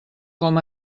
com